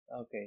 Okay